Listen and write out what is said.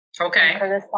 okay